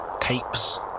tapes